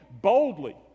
boldly